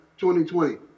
2020